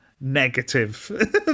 negative